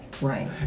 Right